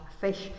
fish